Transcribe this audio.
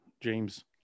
James